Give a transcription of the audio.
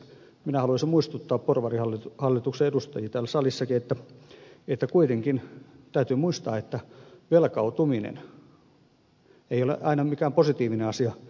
minä haluaisin muistuttaa porvarihallituksen edustajia täällä salissakin että kuitenkin täytyy muistaa että velkaantuminen ei ole aina mikään positiivinen asia